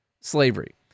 slavery